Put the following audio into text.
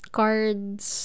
cards